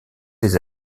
les